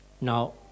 Now